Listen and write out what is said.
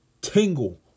tingle